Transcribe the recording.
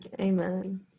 Amen